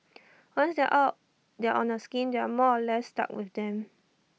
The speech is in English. once they're are they're on A scheme they are more or less stuck with them